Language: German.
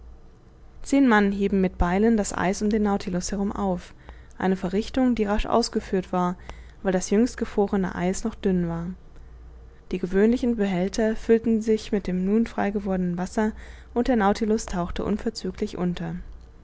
zehn mann hieben mit beilen das eis um den nautilus herum auf eine verrichtung die rasch ausgeführt war weil das jüngst gefrorene eis noch dünn war die gewöhnlichen behälter füllten sich mit dem nun frei gewordenen wasser und der nautilus tauchte unverzüglich unter